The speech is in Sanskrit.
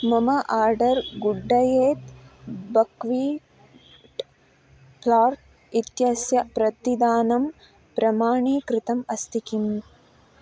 मम आर्डर् गुड्डयेत् बक्वीट् फ्लार् इत्यस्य प्रतिदानं प्रमाणीकृतम् अस्ति किम्